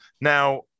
Now